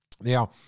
Now